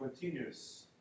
continuous